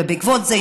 ובעקבות זה,